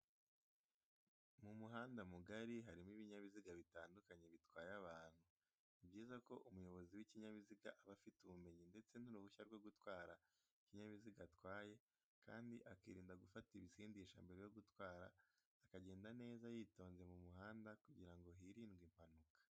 Mu muhanda mugari harimo ibinyabiziga bitandukanye bitwaye abantu, ni byiza ko umuyobozi w'ikinyabiziga aba afite ubumenyi ndetse n'uruhushya rwo gutwa ikinyabiziga atwaye kandi akirinda gufata ibisindisha mbere yo gutwara akagenda neza yitonze mu muhanda, kugira ngo hirindwe impanuka